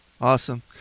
awesome